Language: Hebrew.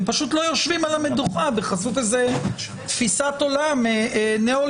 הם פשוט לא יושבים על המדוכה בחסות איזו תפיסת עולם ניאו-ליברלית